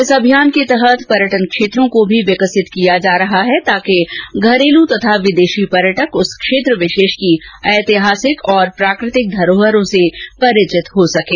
इस अभियान के तहत पर्यटन क्षेत्रों को भी विकसित किया जा रहा है ताकि घरेलू तथा विदेशी पर्यटक उस क्षेत्र विशेष की ऐतिहासिक और प्राकृतिक धरोहरों से परिचित हो सकें